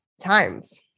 times